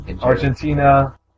Argentina